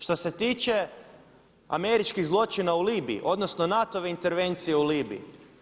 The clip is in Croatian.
Što se tiče američkih zločina u Libiji, odnosno NATO-ve intervencije u Libiji.